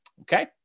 Okay